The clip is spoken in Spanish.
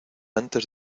antes